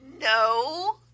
No